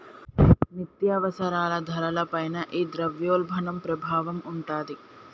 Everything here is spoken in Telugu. నిత్యావసరాల ధరల పైన ఈ ద్రవ్యోల్బణం ప్రభావం ఉంటాది